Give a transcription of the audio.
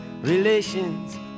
relations